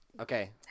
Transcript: Okay